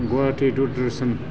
Guwahati Doordarshan